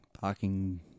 parking